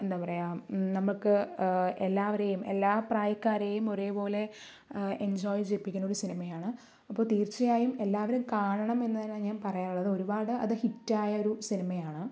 എന്താ പറയുക നമുക്ക് എല്ലാവരെയും എല്ലാ പ്രായക്കാരെയും ഒരേ പോലെ എൻജോയ് ചെയ്യിപ്പിക്കുന്ന ഒരു സിനിമയാണ് അപ്പോൾ തീർച്ചയായും എല്ലാവരും കാണണം എന്ന് തന്നെ ഞാൻ പറയാൻ ഉള്ളത് ഒരുപാട് അത് ഹിറ്റായ ഒരു സിനിമയാണ്